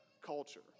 culture